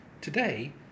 today